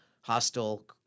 hostile